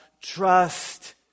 trust